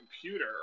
computer